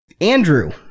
Andrew